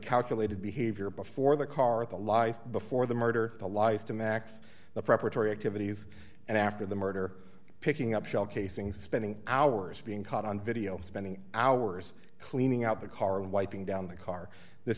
calculated behavior before the car the life before the murder the lies to max the preparatory activities and after the murder picking up shell casings spending hours being caught on video spending hours cleaning out the car and wiping down the car this